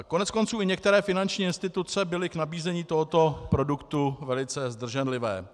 Koneckonců i některé finanční instituce byly k nabízení tohoto produktu velice zdrženlivé.